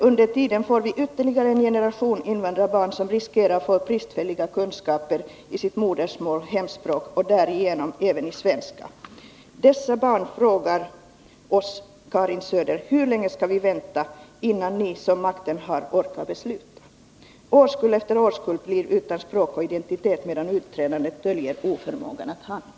Under denna tid blir det ytterligare en generation invandrarbarn som riskerar att få bristande kunskaper i sitt hemspråk och därigenom även i svenska. Dessa barn frågar oss, Karin Söder: Hur länge skall vi vänta innan ni som makten har orkar besluta? Årskull efter årskull blir utan språk och identitet medan utredandet döljer oförmågan att handla.